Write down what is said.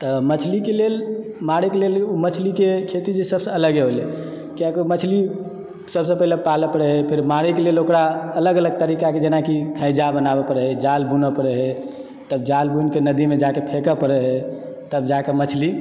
तऽ मछली के लेल मारय के लेल मछली के खेती जे छै सबसे अलगे भेलै कियाकि ओ मछली सबसे पहिले पालय परै फेर मारय के लेल ओकरा अलग अलग तरीका जेनाकि थैजा बनाबैत रहै जाल बुनैत रहै तब जाल बुनिकै नदीमे जाके फेंकत रहै तब जाके मछली